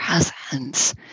presence